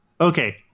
Okay